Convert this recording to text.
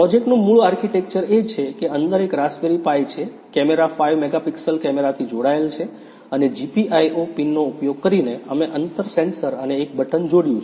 પ્રોજેક્ટનું મૂળ આર્કિટેક્ચર એ છે કે અંદર એક રાસ્પબરી પાઈ છે કેમેરા 5 મેગાપિકસલ કેમેરાથી જોડાયેલ છે અને GPIO પિનનો ઉપયોગ કરીને અમે અંતર સેન્સર અને એક બટન જોડ્યું છે